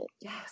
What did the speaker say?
Yes